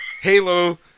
Halo